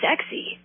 sexy